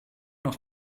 noch